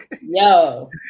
yo